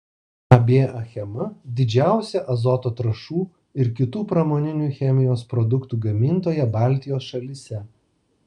ab achema didžiausia azoto trąšų ir kitų pramoninių chemijos produktų gamintoja baltijos šalyse